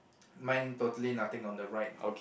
mine totally nothing on the right